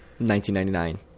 1999